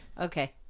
okay